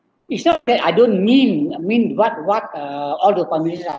it's not that I don't mean I mean what what uh all the promises are